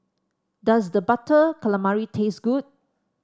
does the Butter Calamari taste good